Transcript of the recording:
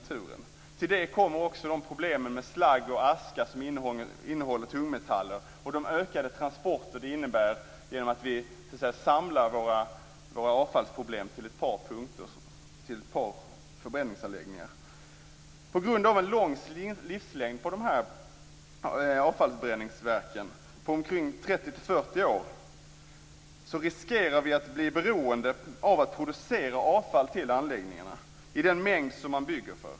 Till det kommer också problemen med slagg och aska som innehåller tungmetaller och de ökade transporter det innebär att vi samlar våra avfallsproblem till ett par förbränningsanläggningar. På grund av en lång livslängd hos anläggningarna på 30-40 år riskerar vi att bli beroende av att producera avfall till anläggningarna i den mängd som man bygger för.